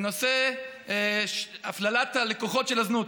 בנושא הפללת הלקוחות של הזנות.